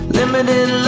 limited